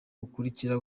bukurikira